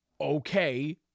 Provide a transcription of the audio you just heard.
okay